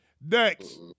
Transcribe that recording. Next